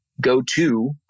go-to